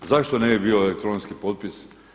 Zašto ne bi bio elektronski potpis?